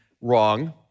wrong